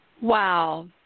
Wow